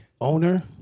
owner